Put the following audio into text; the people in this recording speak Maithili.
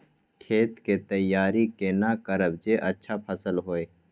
खेत के तैयारी केना करब जे अच्छा फसल होय?